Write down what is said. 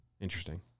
Interesting